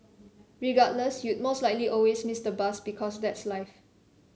regardless you'd most likely always miss the bus because that's life